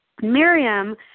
Miriam